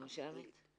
בבקשה.